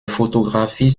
photographies